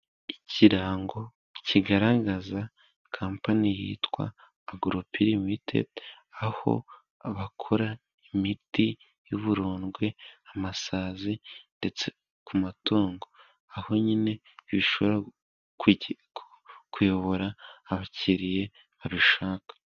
Ikirango kigaragaza kampani yitwa Agoropi limitedi, aho bakora imiti y'uburondwe, amasazi ndetse ku matungo. Aho nyine bishobora ku kuyobora abakiriya babishaka.